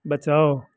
बचाओ